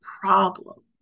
problem